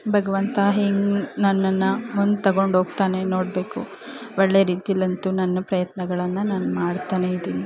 ಭಗವಂತ ಹೇಗ್ ನನ್ನನ್ನು ಮುಂದೆ ತಗೊಂಡ್ಹೋಗ್ತಾನೆ ನೋಡಬೇಕು ಒಳ್ಳೆಯ ರೀತಿಲಂತೂ ನನ್ನ ಪ್ರಯತ್ನಗಳನ್ನು ನಾನು ಮಾಡ್ತಾನೆ ಇದೀನಿ